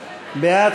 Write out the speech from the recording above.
בעד,